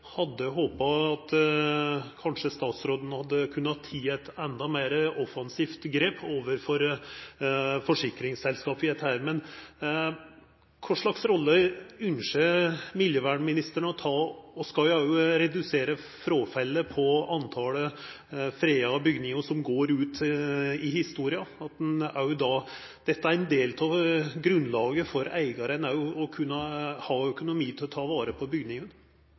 hadde håpa at kanskje statsråden hadde kunna teke eit endå meir offensivt grep overfor forsikringsselskapa når det gjeld dette. Men kva slags rolle ynskjer klima- og miljøministeren å ta? Skal vi redusera talet på freda bygningar som går ut av historia, er dette ein del av grunnlaget for eigaren òg – å kunna ha økonomi til å ta vare på